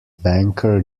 banker